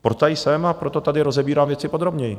Proto tady jsem a proto tady rozebírám věci podrobněji.